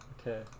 okay